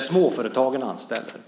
som småföretagen anställer.